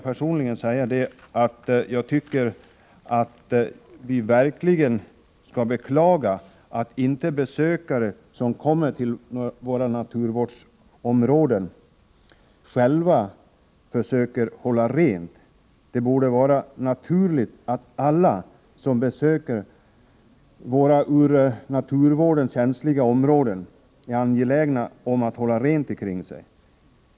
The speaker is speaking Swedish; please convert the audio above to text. Personligen tycker jag att vi verkligen skall beklaga att inte de besökare som kommer till våra naturvårdsområden själva försöker hålla rent. Det borde vara naturligt att alla som besöker våra känsliga naturvårdsområden är angelägna om att hålla rent omkring sig.